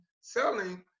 selling